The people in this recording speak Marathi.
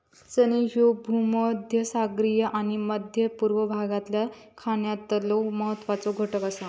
चणे ह्ये भूमध्यसागरीय आणि मध्य पूर्व भागातल्या खाण्यातलो महत्वाचो घटक आसा